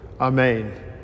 amen